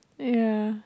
ya